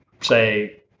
say